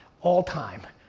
all time.